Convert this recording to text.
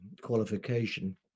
qualification